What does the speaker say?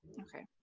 Okay